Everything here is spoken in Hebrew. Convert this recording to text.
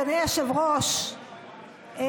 אדוני היושב-ראש,